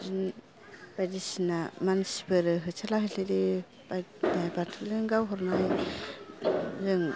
बायदि सिना मानसिफोर होसोला होसोलि बाथुलजों गावहरनाय जों